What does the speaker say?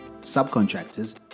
subcontractors